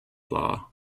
law